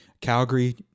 Calgary